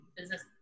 business